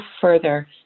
further